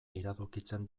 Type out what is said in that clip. iradokitzen